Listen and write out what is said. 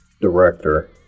director